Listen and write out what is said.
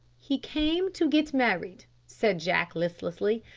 he came to get married, said jack listlessly.